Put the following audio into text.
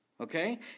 Okay